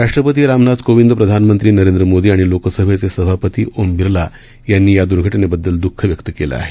राष्ट्रपती रामनाथ कोविंद प्रधानमंत्री नरेंद्र मोदी आणि लोकसभेचे सभापती ओम बिर्ला यांनी दःख व्यक्त केलं आहे